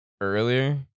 earlier